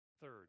Third